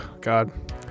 god